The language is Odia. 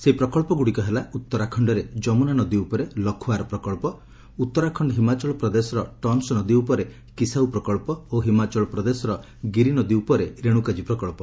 ସେହି ପ୍ରକଳ୍ପଗୁଡ଼ିକ ହେଲା ଉତ୍ତରାଖଣ୍ଡରେ ଯମୁନା ନଦୀ ଉପରେ ଲଖୱାର ପ୍ରକଳ୍ପ ଉତ୍ତରାଖଣ୍ଡ ହିମାଚଳ ପ୍ରଦେଶର ଟନ୍ସ ନଦୀ ଉପରେ କିଶାଉ ପ୍ରକଳ୍ପ ଓ ହିମାଚଳ ପ୍ରଦେଶର ଗିରି ନଦୀ ଉପରେ ରେଣୁକାଜ୍ରୀ ପ୍ରକଳ୍ପ